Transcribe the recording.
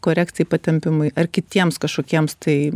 korekcijai patempimui ar kitiems kažkokiems tai